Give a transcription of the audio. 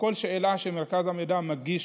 וכל שאלה שמרכז המידע מגיש,